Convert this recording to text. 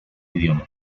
idiomas